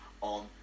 on